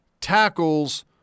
tackles